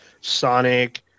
sonic